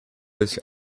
which